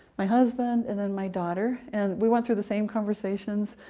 my husband, and then my daughter, and we went through the same conversations.